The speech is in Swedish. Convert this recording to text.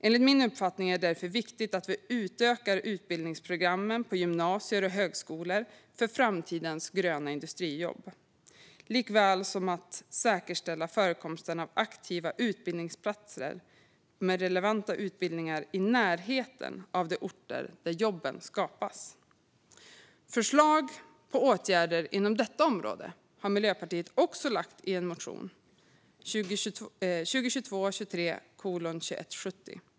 Det är därför viktigt att vi utökar utbildningsprogrammen på gymnasier och högskolor för framtidens gröna industrijobb och att vi säkerställer förekomsten av aktiva utbildningsplatser med relevanta utbildningar i närheten av de orter där jobben skapas. Förslag på åtgärder inom detta område har Miljöpartiet också lagt fram i en motion, 2022/23:2170.